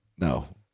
no